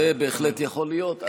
זה בהחלט יכול להיות.